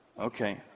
okay